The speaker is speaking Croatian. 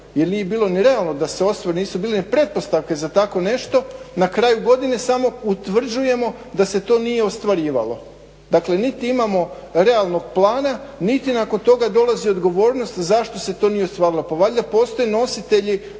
jer nije bilo ni realno da se ostvari, nisu bile ni pretpostavke za tako nešto na kraju godine samo utvrđujemo da se to nije ostvarivalo. Dakle, niti imamo realnog plana niti nakon toga dolazi odgovornost zašto se to nije ostvarilo. Pa valjda postoje nositelji